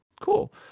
cool